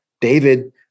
David